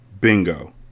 Bingo